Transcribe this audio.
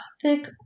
thick